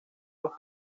los